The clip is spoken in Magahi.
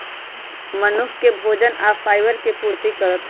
मनुख के भोजन आ फाइबर के पूर्ति करत